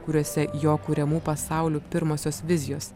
kuriuose jo kuriamų pasaulių pirmosios vizijos